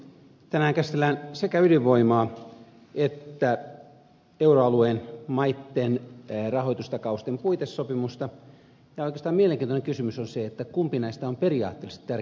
tänään käsitellään sekä ydinvoimaa että euroalueen maitten rahoitustakausten puitesopimusta ja oikeastaan mielenkiintoinen kysymys on se kumpi näistä on periaatteellisesti tärkeämpi asia